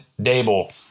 Dable